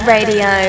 Radio